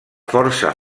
força